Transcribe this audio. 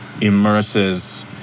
immerses